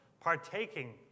partaking